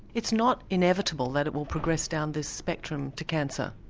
it's not inevitable that it will progress down this spectrum to cancer?